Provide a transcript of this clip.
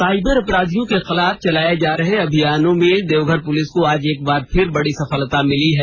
cyber अपराधियों के खिलाफ चलाये जा रहे अभियान में देवघर पुलिस को आज एक बार फिर बड़ी सफलता मिली है